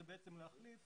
זה בעצם להחליף